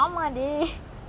you are introverted meh